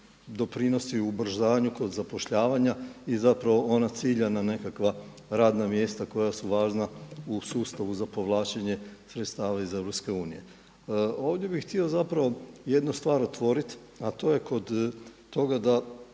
doprinosi ubrzanju kod zapošljavanja i zapravo ona ciljana nekakva radna mjesta koja su važna u sustavu za povlačenje sredstava iz EU. Ovdje bih htio zapravo jednu stvar otvoriti a to je kod toga da